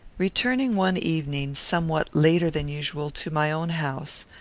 returning one evening, somewhat later than usual, to my own house,